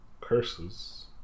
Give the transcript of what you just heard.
curses